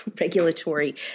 regulatory